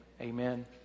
Amen